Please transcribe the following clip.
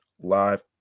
live